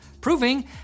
proving